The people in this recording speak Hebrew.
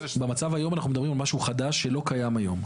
במצב היום אנחנו מדברים על משהו חדש שלא קיים היום.